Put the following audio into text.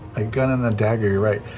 a gun and a dagger, you're right.